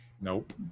Nope